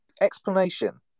explanation